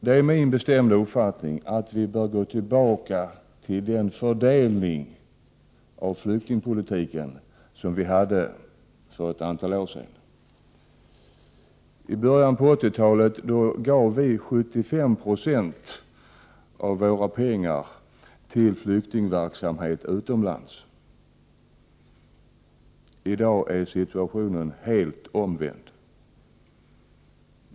Det är min bestämda uppfattning att vi bör gå tillbaka till den fördelning av resurserna inom flyktingpolitiken som vi hade för ett antal år sedan. I början av 80-talet gav vi 75 90 av våra pengar till flyktingverksamhet utomlands. I dag är situationen helt omvänd.